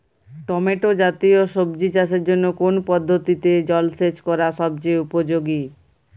Tomato জাতীয় সবজি চাষের জন্য কোন পদ্ধতিতে জলসেচ করা সবচেয়ে উপযোগী?